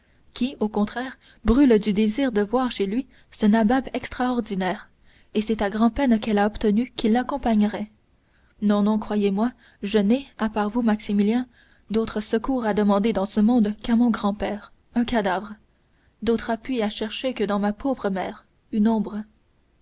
qui au contraire brûle du désir de voir chez lui ce nabab extraordinaire et c'est à grand-peine qu'elle a obtenu qu'il l'accompagnerait non non croyez-moi je n'ai à part vous maximilien d'autre secours à demander dans ce monde qu'à mon grand-père un cadavre d'autre appui à chercher que dans ma pauvre mère une ombre